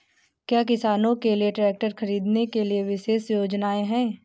क्या किसानों के लिए ट्रैक्टर खरीदने के लिए विशेष योजनाएं हैं?